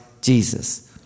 Jesus